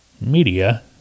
Media